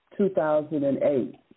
2008